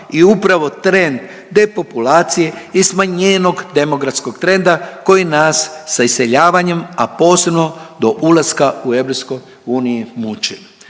i upravo trend depopulacije i smanjenog demografskog trenda koji nas sa iseljavanjem, a posebno do ulaska u EU muči.